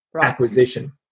acquisition